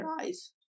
eyes